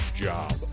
job